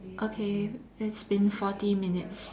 okay it's been forty minutes